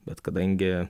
bet kadangi